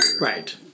Right